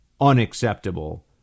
unacceptable